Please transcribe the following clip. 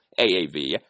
AAV